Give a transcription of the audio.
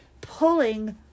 pulling